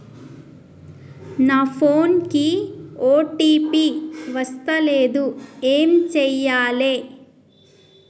నా ఫోన్ కి ఓ.టీ.పి వస్తలేదు ఏం చేయాలే?